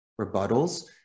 rebuttals